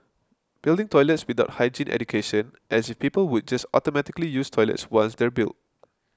building toilets without hygiene education as if people would just automatically use toilets once they're built